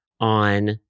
on